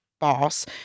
boss